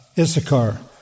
Issachar